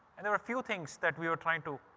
and there were a few things that we were trying to,